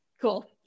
Cool